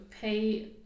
pay